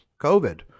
covid